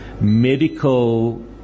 medical